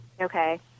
Okay